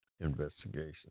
investigation